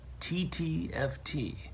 TTFT